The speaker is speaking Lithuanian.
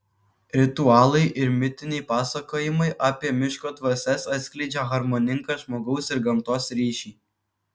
ritualai ir mitiniai pasakojimai apie miško dvasias atskleidžia harmoningą žmogaus ir gamtos ryšį